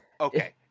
Okay